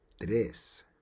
Tres